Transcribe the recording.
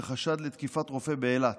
בחשד לתקיפת רופא באילת.